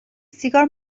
سیگار